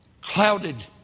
clouded